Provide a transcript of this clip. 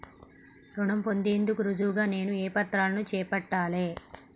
రుణం పొందేందుకు రుజువుగా నేను ఏ పత్రాలను చూపెట్టాలె?